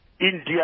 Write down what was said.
India